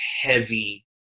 heavy